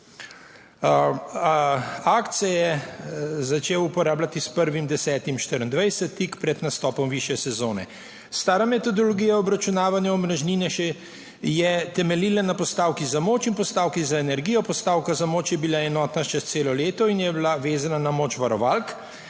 Akt se je začel uporabljati s 1. 10. 2024, tik pred nastopom višje sezone. Stara metodologija obračunavanja omrežnine je temeljila na postavki za moč in postavki za energijo. Postavka za moč je bila enotna čez celo leto in je bila vezana na moč varovalk.